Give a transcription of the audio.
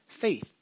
faith